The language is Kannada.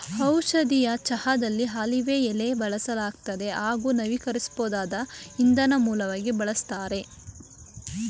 ಔಷಧೀಯ ಚಹಾದಲ್ಲಿ ಆಲಿವ್ ಎಲೆ ಬಳಸಲಾಗ್ತದೆ ಹಾಗೂ ನವೀಕರಿಸ್ಬೋದಾದ ಇಂಧನ ಮೂಲವಾಗಿ ಬಳಸ್ತಾರೆ